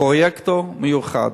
פרויקטור מיוחד,